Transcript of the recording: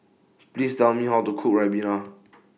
Please Tell Me How to Cook Ribena